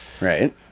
Right